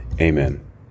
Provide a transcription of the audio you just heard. Amen